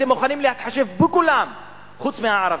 אתם מוכנים להתחשב בכולם חוץ מבערבים.